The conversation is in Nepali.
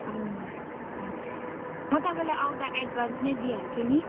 हजुर म तपाईँलाई आउँदा एड्भान्स नै दिइहाल्छु नि